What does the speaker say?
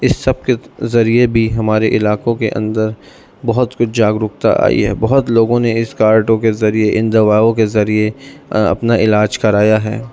اس سب کے ذریعے بھی ہمارے علاقوں کے اندر بہت کچھ جاگروکتا آئی ہے بہت لوگوں نے اس کارڈوں کے ذریعے ان دواؤں کے ذریعے اپنا علاج کرایا ہے